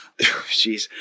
Jeez